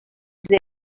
sold